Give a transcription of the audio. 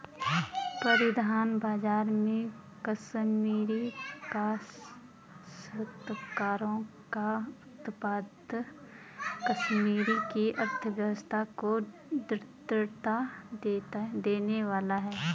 परिधान बाजार में कश्मीरी काश्तकारों का उत्पाद कश्मीर की अर्थव्यवस्था को दृढ़ता देने वाला है